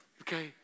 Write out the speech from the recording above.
Okay